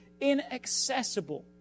inaccessible